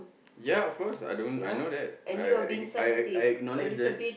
ya of course I don't I know that I I I acknowledged that